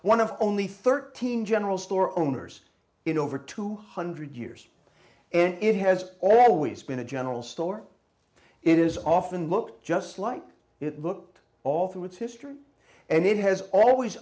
ne of only thirteen general store owners in over two hundred years and it has always been a general store it is often looked just like it looked all through its history and it has always